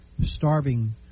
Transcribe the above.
starving